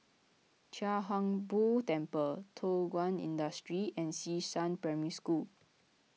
Chia Hung Boo Temple Thow Kwang Industry and Xishan Primary School